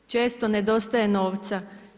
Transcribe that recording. Često nedostaje novca.